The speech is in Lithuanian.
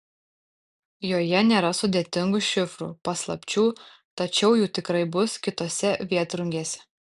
joje nėra sudėtingų šifrų paslapčių tačiau jų tikrai bus kitose vėtrungėse